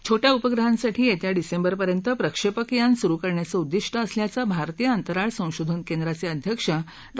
छोट्या उपग्रहांसाठी येथी डिसेंबरपर्यंत प्रक्षक्रि यान सुरु करण्याच उिद्दिष्ट असल्याचं भारतीय अंतराळ संशोधन केंद्राच उिध्यक्ष डॉ